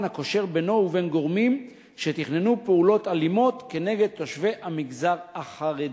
הקושר בינו ובין גורמים שתכננו פעולות אלימות כנגד תושבי המגזר החרדי.